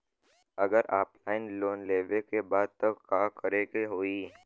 अगर offline loan लेवे के बा त का करे के होयी?